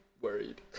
worried